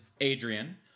Adrian